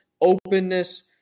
openness